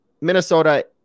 Minnesota